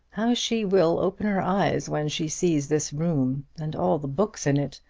how she will open her eyes when she sees this room and all the books in it!